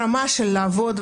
ברמה של לעבוד.